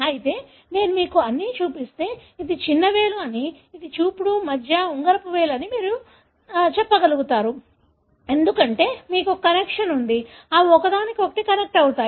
అయితే నేను మీకు అన్నీ చూపిస్తే ఇది చిన్న వేలు అని ఇది చూపుడు మధ్య ఉంగరపు వేలు అని మీరు చెప్పగలుగుతారు ఎందుకంటే మీకు ఒక కనెక్షన్ ఉంది అవి ఒకదానికొకటి కనెక్ట్ అవుతాయి